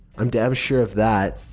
i'm damn sure of that,